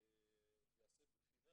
ויעשה בחינה